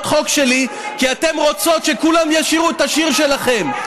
חוק שלי כי אתן רוצות שכולם ישירו את השיר שלכם.